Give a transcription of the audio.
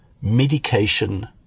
medication